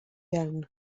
iawn